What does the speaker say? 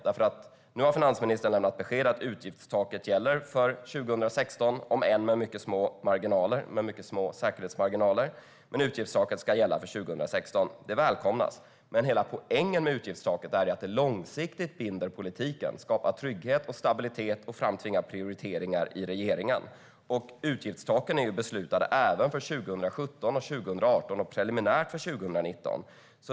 Finansministern har nämligen lämnat beskedet att utgiftstaket gäller för 2016, om än med mycket små säkerhetsmarginaler. Det välkomnas, men hela poängen med utgiftstaket är att det långsiktigt binder politiken, skapar trygghet och stabilitet och framtvingar prioriteringar i regeringen. Utgiftstaken är ju beslutade även för 2017 och 2018, och preliminärt för 2019.